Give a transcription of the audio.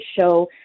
show